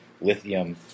lithium